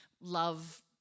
love